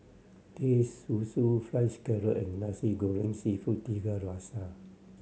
Teh Susu Fried Scallop and Nasi Goreng Seafood Tiga Rasa